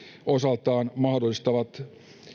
osaltaan mahdollistavat